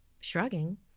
Shrugging